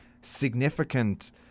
significant